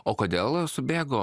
o kodėl subėgo